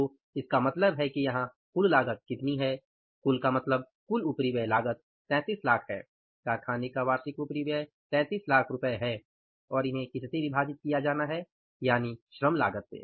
तो इसका मतलब है कि यहां कुल लागत कितनी है कुल का मतलब कुल उपरिव्यय लागत 3300000 है कारखाने का वार्षिक उपरिव्यय ३३ लाख रूपए और इन्हें किससे विभाजित करना है यानि श्रम लागत से